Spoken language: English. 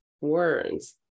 words